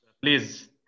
Please